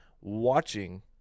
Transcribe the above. watching